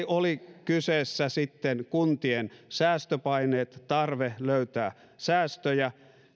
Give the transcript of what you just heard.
oli kyseessä sitten kuntien säästöpaineet tarve löytää säästöjä